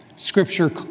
Scripture